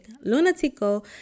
Lunatico